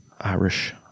Irish